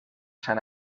san